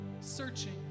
searching